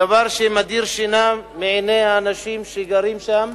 דבר שמדיר שינה מעיני האנשים שגרים שם.